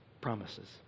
promises